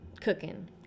cooking